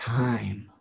time